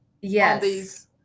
Yes